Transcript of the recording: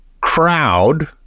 crowd